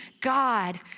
God